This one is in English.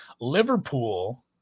Liverpool